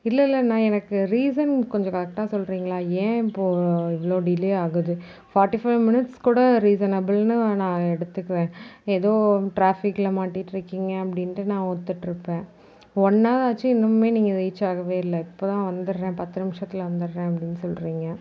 இல்லை இல்லைண்ணா எனக்கு ரீசன் கொஞ்சம் கரெக்டாக சொல்லுறீங்ளா ஏன் இப்போது இவ்வளோ டிலே ஆகுது ஃபார்ட்டி ஃபைவ் மினிட்ஸ் கூட ரீசனபில்ன்னு நான் எடுத்துக்குவேன் ஏதோ டிராபிக்கில் மாட்டிகிட்ருக்கீங்க அப்படின்னுட்டு நான் ஒத்துகிட்ருப்பேன் ஒன் ஹவர் ஆச்சு இன்னுமே நீங்கள் ரீச் ஆகவே இல்லை இப்போதான் வந்துடுறேன் பத்து நிமிஷத்தில் வந்துடுறேன் அப்படின்னு சொல்லுறீங்க